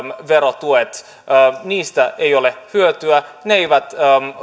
verotuista ei ole hyötyä ne eivät